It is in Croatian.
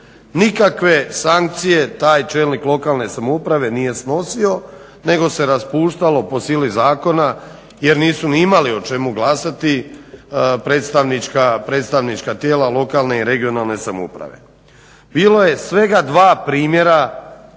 Nikakve sankcije taj čelnik lokalne samouprave nije snosio nego se raspuštalo po sili zakona jer nisu ni imali o čemu glasati predstavnička tijela lokalne i regionalne samouprave. Bilo je svega dva primjera